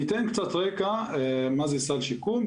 אני אתן קצת רקע מה זה סל שיקום.